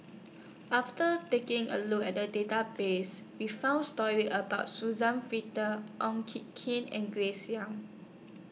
after taking A Look At The Database We found stories about Suzann Victor Oon Kee Kin and Grace Young